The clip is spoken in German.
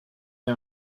mir